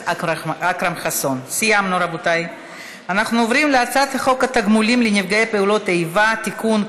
אני קובעת כי הצעת חוק הביטוח הלאומי (תיקון,